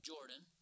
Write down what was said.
Jordan